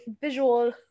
visual